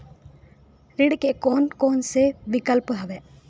ऋण के कोन कोन से विकल्प हवय?